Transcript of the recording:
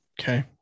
Okay